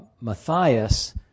Matthias